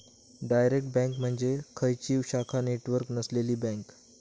direct bank म्हणजे खंयचीव शाखा नेटवर्क नसलेली बँक